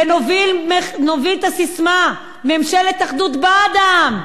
ונוביל את הססמה: ממשלת אחדות בעד העם,